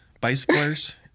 bicyclers